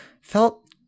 felt